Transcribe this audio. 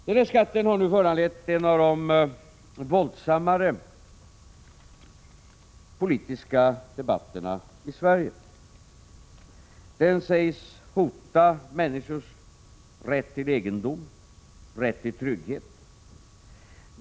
Denna skatt har nu föranlett en av de våldsammare politiska debatterna i Sverige. Den sägs hota människors rätt till egendom och rätt till trygghet.